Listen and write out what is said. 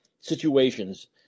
situations